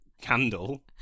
candle